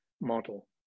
model